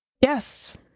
Yes